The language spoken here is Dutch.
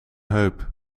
heup